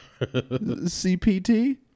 CPT